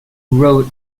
wrote